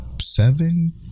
seven